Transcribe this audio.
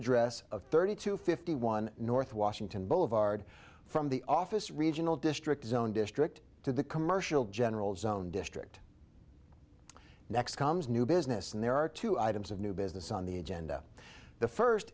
address of thirty two fifty one north washington boulevard from the office regional district zone district to the commercial general zone district next comes new business and there are two items of new business on the agenda the first